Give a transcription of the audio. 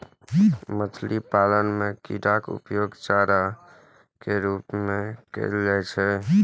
मछली पालन मे कीड़ाक उपयोग चारा के रूप मे कैल जाइ छै